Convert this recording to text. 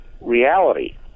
reality